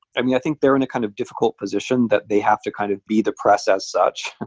i think they're in a kind of difficult position that they have to kind of be the press as such.